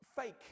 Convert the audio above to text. fake